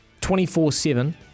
24-7